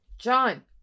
John